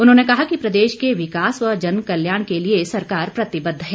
उन्होंने कहा कि प्रदेश के विकास व जनकल्याण के लिए सरकार प्रतिबद्ध है